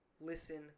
listen